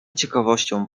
ciekawością